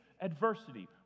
adversity